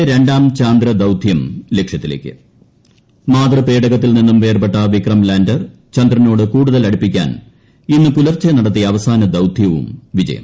ഇന്തൃയുടെ രണ്ടാം ചാന്ദ്രദൌതൃം ലക്ഷൃത്തിലേക്ക് ന് മാതൃപേടകത്തിൽ നിന്നും വേർപെട്ട വിക്രം ലാൻഡർ ചന്ദ്രനോട് കൂടുതൽ അടുപ്പിക്കാൻ ഇന്ന് പുലർച്ചെ നടത്തിയ അവസാന ദൌത്യവും വിജയം